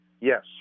Yes